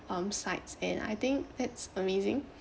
um sites and I think that's amazing